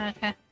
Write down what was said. Okay